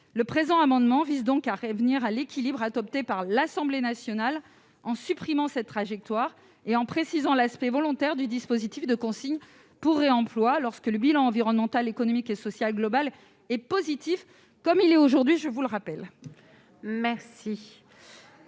! Cet amendement vise donc à revenir à l'équilibre trouvé par l'Assemblée nationale en supprimant cette trajectoire et en précisant le caractère volontaire du dispositif de consigne pour réemploi lorsque le bilan environnemental, économique et social global est positif, comme il l'est aujourd'hui. Très bien